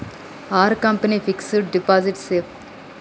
Are company fixed deposit safe?